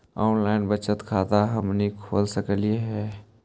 Online बचत खाता हमनी खोल सकली हे?